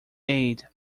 aid